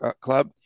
club